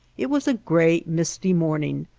it was a gray, misty morning,